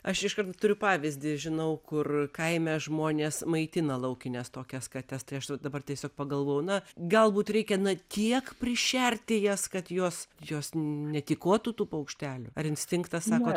aš iš karto turiu pavyzdį žinau kur kaime žmonės maitina laukines tokias kates tai aš dabar tiesiog pagalvojau na galbūt reikia na tiek prišerti jas kad jos jos netykotų tų paukštelių ar instinktas sako